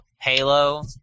Halo